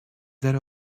that